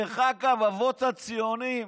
אבות הציונות,